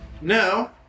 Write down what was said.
Now